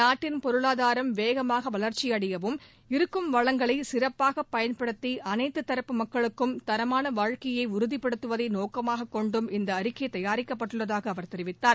நாட்டின் பொருளாதாரம் வேகமாக வளர்ச்சி அடையவும் இருக்கும் வளங்களை சிறப்பாக பயன்படுத்தி அனைத்து தரப்பு மக்களுக்கும் தரமான வாழ்க்கையை உறுதிப்படுத்துவதை நோக்கமாகக் கொண்டும் இந்த அறிக்கை தயாரிக்கப்பட்டுள்ளதாக அவர் தெரிவித்தார்